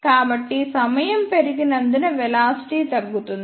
కాబట్టి సమయం పెరిగినందున వెలాసిటీ తగ్గుతుంది